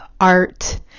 art